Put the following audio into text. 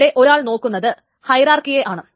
ഇവിടെ ഒരാൾ നോക്കുന്നത് ഹൈറാർക്കിയെ ആണ്